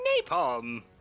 napalm